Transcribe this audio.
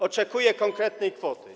Oczekuję konkretnej kwoty.